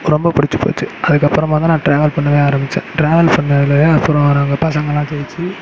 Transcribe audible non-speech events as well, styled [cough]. ரொம்ப பிடிச்சி போச்சு அதுக்கப்புறமா தான் நான் டிராவல் பண்ணவே ஆரம்மிச்சேன் டிராவல் பண்ணது [unintelligible] அப்புறம் நாங்கள் பசங்கெல்லாம் ஜெயித்து